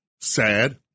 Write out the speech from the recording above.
sad